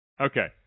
Okay